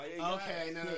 okay